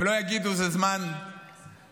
הם לא יגידו: זה זמן מלחמה,